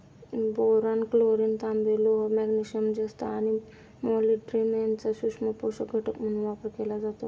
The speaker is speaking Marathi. बोरॉन, क्लोरीन, तांबे, लोह, मॅग्नेशियम, जस्त आणि मॉलिब्डेनम यांचा सूक्ष्म पोषक घटक म्हणून वापर केला जातो